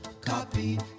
Copy